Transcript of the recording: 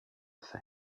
fer